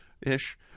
ish